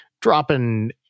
dropping